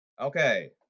Okay